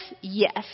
yes